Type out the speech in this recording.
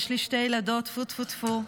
יש לי שתי ילדות, טפו טפו טפו,